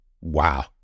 Wow